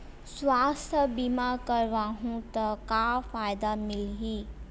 सुवास्थ बीमा करवाहू त का फ़ायदा मिलही?